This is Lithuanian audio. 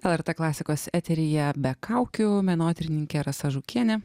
lrt klasikos eteryje be kaukių menotyrininkė rasa žukienė